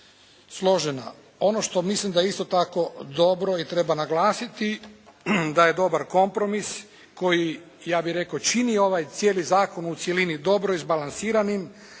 Ono što mislim da je isto tako dobro i treba naglasiti, da je dobar kompromis koji ja bih rekao čini ovaj cijeli zakon u cjelini dobro izbalansiranim